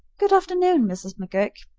good afternoon, mrs. mcgurk,